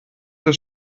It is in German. der